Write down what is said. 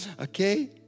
Okay